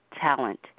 talent